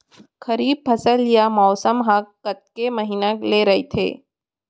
खरीफ फसल या मौसम हा कतेक महिना ले रहिथे?